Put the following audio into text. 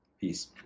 Peace